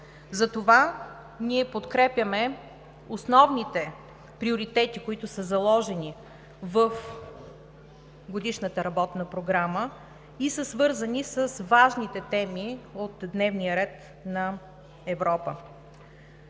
затова ние подкрепяме основните приоритети, които са заложени в Годишната работна програма и са свързани с важните теми от дневния ред на Европа.